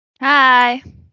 Hi